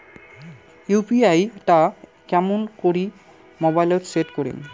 UPI টা কেমন করি মোবাইলত সেট করিম?